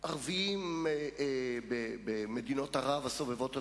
הערבים במדינות ערב הסובבות אותנו,